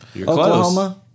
Oklahoma